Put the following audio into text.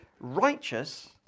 righteous